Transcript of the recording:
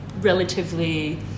relatively